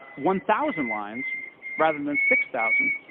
one thousand lines rather than six thousand.